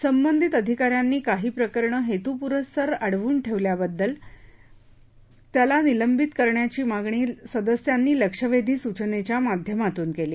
संबंधित अधिकाऱ्यानी काही प्रकरणं हेतुपुरस्सर अडवून ठेवल्याबद्दल त्याला निलंबित करण्याची मागणी सदस्यांनी लक्षवेधी सूचनेच्या माध्यमातून केली